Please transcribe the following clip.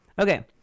Okay